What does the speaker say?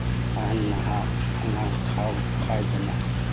ꯑꯍꯜ ꯅꯍꯥ ꯑꯉꯥꯡ ꯈꯥꯏꯗꯅ